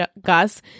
Gus